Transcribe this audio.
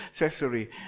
accessory